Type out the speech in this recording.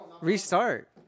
Restart